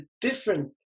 different